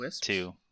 two